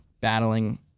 battling